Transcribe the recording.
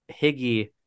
Higgy